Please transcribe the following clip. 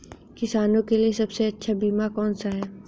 किसानों के लिए सबसे अच्छा बीमा कौन सा है?